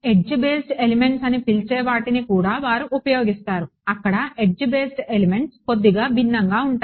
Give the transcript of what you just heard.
edge based elements అని పిలిచే వాటిని కూడా వారు ఉపయోగిస్తారు అక్కడ ఎడ్జ్ బేస్డ్ ఎలిమెంట్స్ కొద్దిగా భిన్నంగా ఉంటాయి